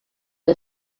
the